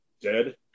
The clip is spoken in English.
Dead